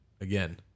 Again